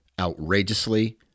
outrageously